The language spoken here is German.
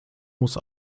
muss